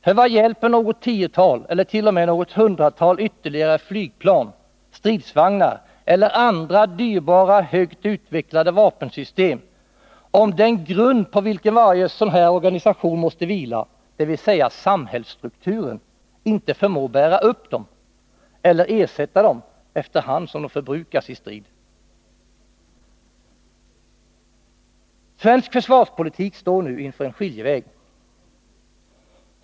För vad hjälper något tiotal, eller t.o.m. något hundratal ytterligare flygplan, stridsvagnar eller andra dyrbara, högt utvecklade vapensystem, om den grund på vilken varje sådan här organisation måste vila, dvs. samhällsstrukturen, inte förmår bära upp dem eller ersätta dem efter hand som de förbrukas i strid? Svensk försvarspolitik står nu inför en skiljeväg.